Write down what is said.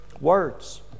words